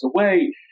away